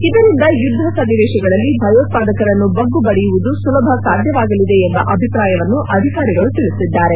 ಇದರಿಂದ ಯುದ್ದ ಸನ್ನೆವೇತಗಳಲ್ಲಿ ಭಯೋತ್ಪಾದಕರನ್ನು ಬಗ್ಗುಬಡಿಯುವುದು ಸುಲಭ ಸಾಧ್ಯವಾಗಲಿದೆ ಎಂಬ ಅಭಿಪ್ರಾಯವನ್ನು ಅಧಿಕಾರಿಗಳು ತಿಳಿಸಿದ್ದಾರೆ